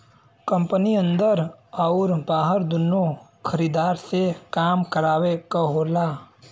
company अन्दर आउर बाहर दुन्नो खरीदार से काम करावे क होला